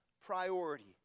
priority